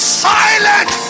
silent